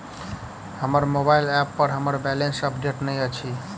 हमर mobile app पर हमर बैलेंस अपडेट नहि अछि